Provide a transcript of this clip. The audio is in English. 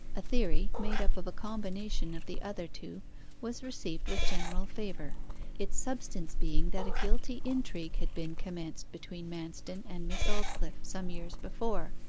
a theory made up of a combination of the other two was received with general favour its substance being that a guilty intrigue had been commenced between manston and miss aldclyffe, some years before,